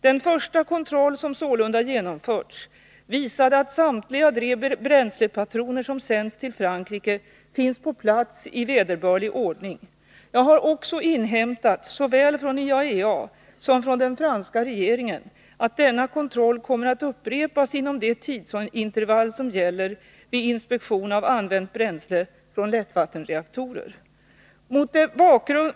Den första kontroll som sålunda genomförts visade att samtliga de bränslepatroner som sänts till Frankrike finns på plats i vederbörlig ordning. Jag har också inhämtat såväl från IAEA som från den franska regeringen, att denna kontroll kommer att upprepas inom de tidsintervall som gäller vid inspektion av använt bränsle från lättvattenreaktorer.